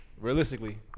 Realistically